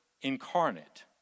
incarnate